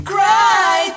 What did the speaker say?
Cry